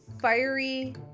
fiery